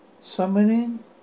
Summoning